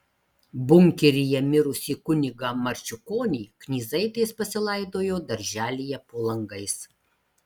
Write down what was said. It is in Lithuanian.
bunkeryje mirusį kunigą marčiukonį knyzaitės pasilaidojo darželyje po langais